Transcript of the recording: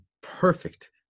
perfect